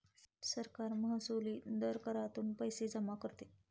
सरकार महसुली दर करातून पैसे जमा करते